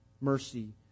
mercy